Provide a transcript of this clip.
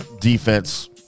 defense